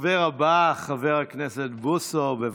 הדובר הבא, חבר הכנסת בוסו, בבקשה.